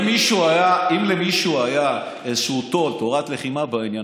אם למישהו היה בעניין